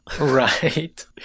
Right